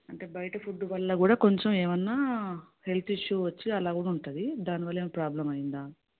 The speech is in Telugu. అంటే బయట ఫుడ్ వల్ల కూడా కొంచెం ఏమన్న హెల్త్ ఇష్యూ వచ్చి అలా కూడా ఉంటుంది దాని వల్ల ఏమన్న ప్రాబ్లమ్ అయ్యిందా